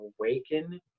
Awaken